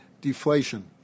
deflation